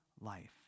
Life